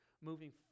moving